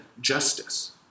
justice